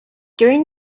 during